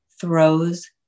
throws